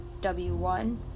W1